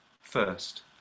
first